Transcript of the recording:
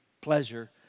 pleasure